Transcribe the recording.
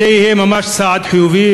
זה יהיה ממש צעד חיובי,